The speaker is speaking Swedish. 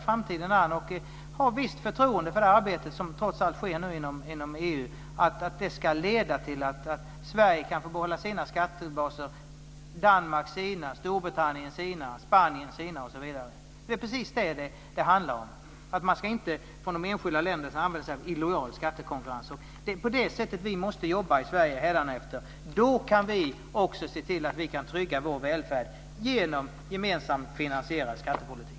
Jag har visst förtroende för att det arbete som trots allt sker inom EU ska leda till att Sverige får behålla sina skattebaser, Danmark sina, Storbritannien sina, Spanien sina osv. Det handlar om att de enskilda länderna inte ska använda sig av illojal skattekonkurrens. Det är på det sättet vi måste jobba i Sverige hädanefter. Då kan vi också se till att vi kan trygga vår välfärd genom en gemensamt finansierad skattepolitik.